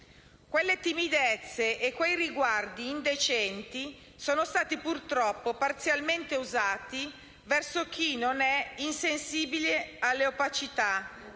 Quelle timidezze e quei riguardi indecenti sono stati purtroppo parzialmente usati verso chi non è insensibile alle opacità,